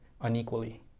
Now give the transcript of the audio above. unequally